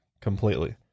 completely